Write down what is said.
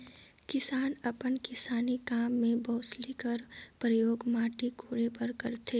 किसान अपन किसानी काम मे बउसली कर परियोग माटी कोड़े बर करथे